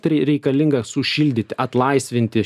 tai ir reikalinga sušildyt atlaisvinti